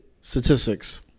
Statistics